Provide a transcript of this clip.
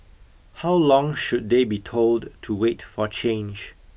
how long should they be told to wait for change